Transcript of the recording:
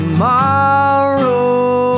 Tomorrow